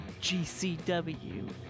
GCW